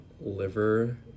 liver